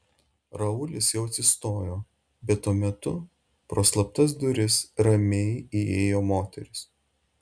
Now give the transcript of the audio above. raulis jau atsistojo bet tuo metu pro slaptas duris ramiai įėjo moteris